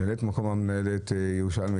ממלאת מקום המנהלת היא ירושלמית,